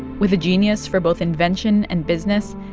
with a genius for both invention and business,